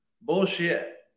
Bullshit